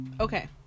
Okay